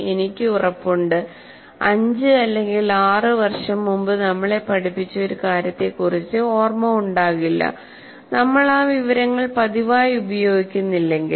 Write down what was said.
എനിക്ക് ഉറപ്പുണ്ട്5 അല്ലെങ്കിൽ 6 വർഷം മുമ്പ് നമ്മളെ പഠിപ്പിച്ച ഒരു കാര്യത്തെക്കുറിച്ച് ഓർമ്മ ഉണ്ടാകില്ല നിങ്ങൾ ആ വിവരങ്ങൾ പതിവായി ഉപയോഗിക്കുന്നില്ലെങ്കിൽ